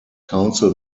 council